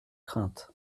crainte